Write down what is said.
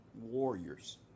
Warriors